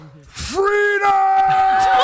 Freedom